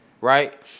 Right